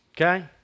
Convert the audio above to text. Okay